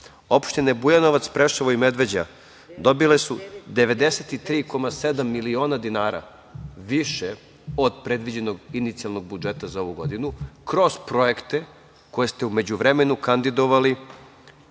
opštine Bujanovac, Preševo i Medveđa, dobile su 93,7 miliona dinara više od predviđenog inicijalnog budžeta za ovu godinu kroz projekte koje ste u međuvremenu kandidovali